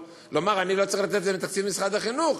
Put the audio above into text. לומר: אני לא צריך לתת את זה לתקציב משרד החינוך.